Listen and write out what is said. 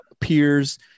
peers